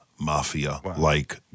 mafia-like